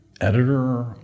editor